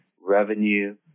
revenue